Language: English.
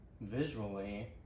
visually